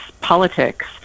politics